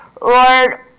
Lord